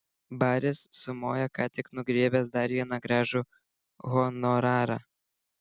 baris sumojo ką tik nugriebęs dar vieną gražų honorarą